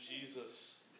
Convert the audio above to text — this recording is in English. Jesus